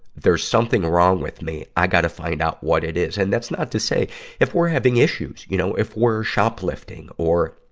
there's something wrong with me i gotta find out what it is. and that's not to say if we're having issues, you know, if we're shoplifting or,